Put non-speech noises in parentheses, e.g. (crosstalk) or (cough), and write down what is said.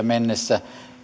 (unintelligible) mennessä